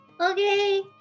Okay